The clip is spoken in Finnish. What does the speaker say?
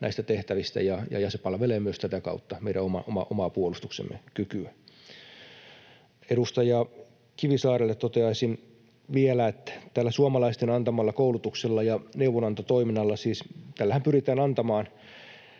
näistä tehtävistä, ja se palvelee myös tätä kautta meidän omaa puolustuskykyämme. Edustaja Kivisaarelle toteaisin vielä, että suomalaisten antamalla koulutuksella ja neuvonantotoiminnallahan pyritään antamaan